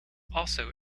also